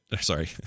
sorry